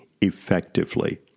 effectively